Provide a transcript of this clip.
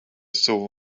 soul